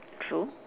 true